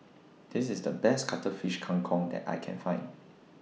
This IS The Best Cuttlefish Kang Kong that I Can Find